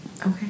Okay